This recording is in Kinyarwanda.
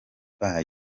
bayo